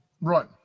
right